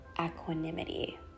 equanimity